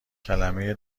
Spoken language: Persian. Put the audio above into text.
کلمه